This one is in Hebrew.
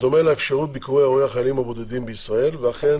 בדומה לאפשרות ביקורי ההורים החיילים בישראל, ואכן